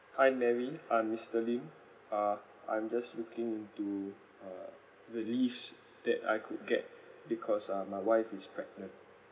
hi mary I'm mister lim uh I'm just looking to uh the leave that I could get because uh my wife is pregnant